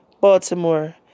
Baltimore